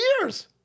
years